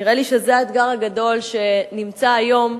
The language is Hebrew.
נראה לי שזה האתגר הגדול שנמצא היום,